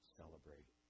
celebrate